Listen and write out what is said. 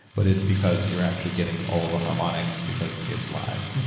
but it's because you're actually getting all the harmonics because it's live.